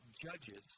judges